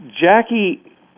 Jackie